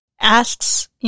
Asks